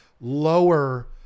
lower